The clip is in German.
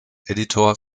editor